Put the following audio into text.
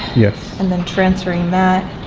yes. and then transferring that